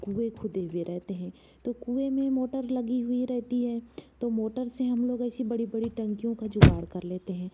कुंए खुदे हुए रहते हैं तो कुंए में मोटर लगी हुई रहती है तो मोटर से हम लोग ऐसी बड़ी बड़ी टंकियों का जुगाड़ कर लेते हैं